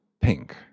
pink